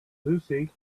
stick